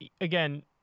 Again